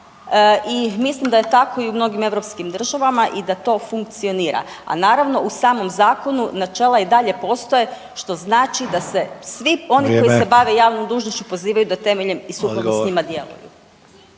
i mislim da je tako i u mnogim europskim državama i da to funkcionira, a naravno u samom zakonu načela i dalje postoje što znači da se svi oni…/Upadica: Vrijeme/…koji se bave javnom dužnošću pozivaju da temeljem i sukladno s njima djeluju.